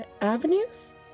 avenues